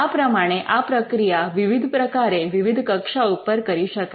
આ પ્રમાણે આ પ્રક્રિયા વિવિધ પ્રકારે વિવિધ કક્ષા ઉપર કરી શકાય